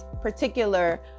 particular